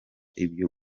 ibyo